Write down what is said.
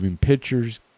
Pictures